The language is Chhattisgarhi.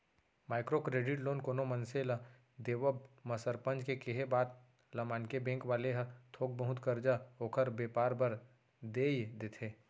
माइक्रो क्रेडिट लोन कोनो मनसे ल देवब म सरपंच के केहे बात ल मानके बेंक वाले ह थोक बहुत करजा ओखर बेपार बर देय देथे